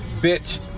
Bitch